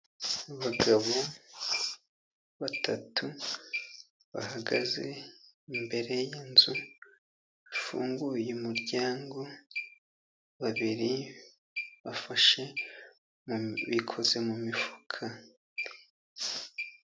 Abagabo batatu bahagaze imbere y'inzu ifunguye umuryango, babiri bikoze mu mifuka.